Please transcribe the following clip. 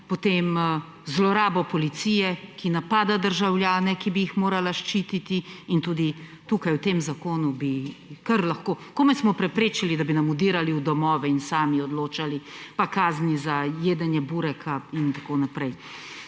potem zlorabo policije, ki napada državljane, ki bi jih morala ščititi, in tudi tukaj v tem zakonu bi kar lahko … Komaj smo preprečili, da bi nam vdirali v domove in sami odločali, pa kazni za jedenje bureka in tako naprej.